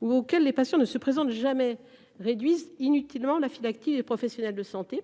ou auxquels les patients ne se présentent jamais réduisent inutilement la file active des professionnels de santé.